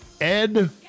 Ed